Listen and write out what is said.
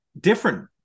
different